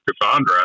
Cassandra